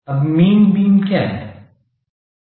अब मीन बीम क्या है